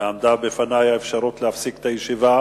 ועמדה בפני האפשרות להפסיק את הישיבה